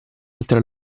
oltre